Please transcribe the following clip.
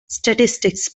statistics